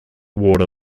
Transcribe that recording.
water